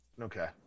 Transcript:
okay